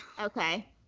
Okay